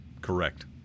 Correct